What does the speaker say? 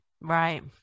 Right